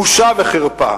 בושה וחרפה!